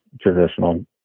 traditional